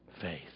faith